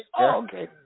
okay